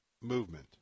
movement